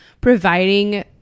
providing